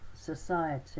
society